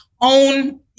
own